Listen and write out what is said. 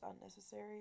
unnecessary